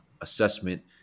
assessment